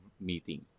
meeting